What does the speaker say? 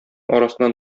арасыннан